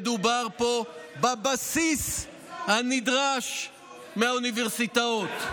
מדובר פה בבסיס הנדרש מהאוניברסיטאות.